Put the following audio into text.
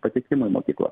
patekimui į mokyklą